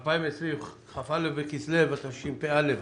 2020, כ"א בכסלו התשפ"א.